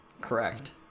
Correct